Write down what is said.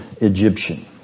Egyptian